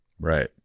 right